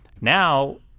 Now